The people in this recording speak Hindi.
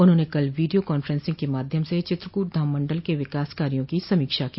उन्होंने कल वीडियो कांफ्रेंसिंग के माध्यम से चित्रकूट धाम मंडल के विकास कार्यो की समीक्षा की